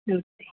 नमस्ते